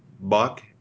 buck